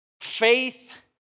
Faith